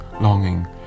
longing